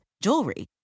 jewelry